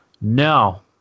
No